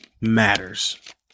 matters